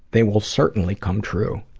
they will certainly come true.